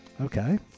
okay